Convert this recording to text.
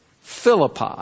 Philippi